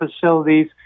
facilities